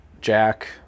jack